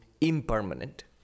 impermanent